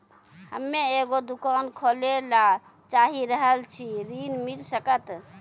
हम्मे एगो दुकान खोले ला चाही रहल छी ऋण मिल सकत?